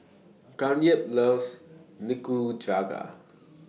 Kathyrn loves Nikujaga